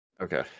Okay